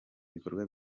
bikorwa